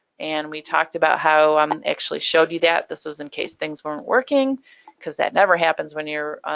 and we talked about how um and actually showed you that, this was in case things weren't working because that never happens when you're